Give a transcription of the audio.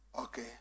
okay